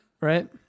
Right